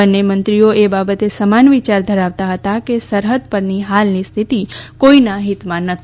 બંન્ને મંત્રીઓ એ બાબતે સમાન વિયાર ધરાવતાં હતા કે સરહદ પરથી હાલની સ્થિતી કોઈનાં હિતમાં નથી